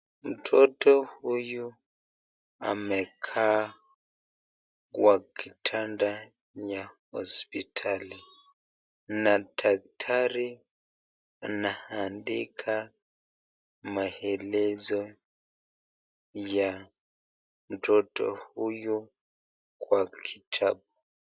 Mtoto huyu amekaa kwa kitanda ya hospitali na daktari anaandika maelezo ya mtoto huyu kwa kitabu.